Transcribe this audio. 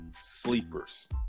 sleepers